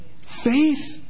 Faith